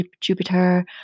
Jupiter